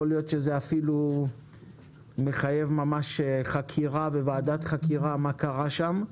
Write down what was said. יכול להיות שזה אפילו מחייב ממש חקירה וועדת חקירה לבדוק מה קרה שם.